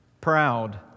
proud